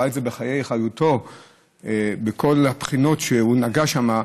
ראה את זה בחיי חיותו מכל הבחינות שהוא נגע בהן שם.